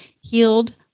healed